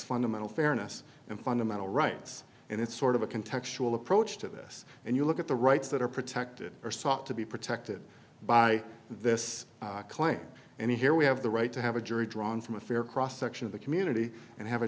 fundamental fairness and fundamental rights and it's sort of a can textual approach to this and you look at the rights that are protected or sought to be protected by this claim and here we have the right to have a jury drawn from a fair cross section of the community and have a